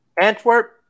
Antwerp